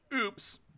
oops